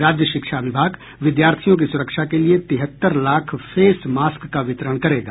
राज्य शिक्षा विभाग विद्यार्थियों की सुरक्षा के लिए तिहत्तर लाख फेस मास्क का वितरण करेगा